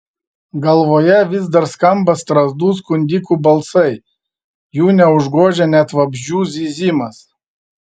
galvoje vis dar skamba strazdų skundikų balsai jų neužgožia net vabzdžių zyzimas